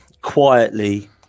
quietly